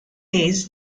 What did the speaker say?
hayes